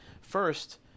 first